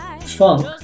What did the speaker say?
funk